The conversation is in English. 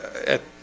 at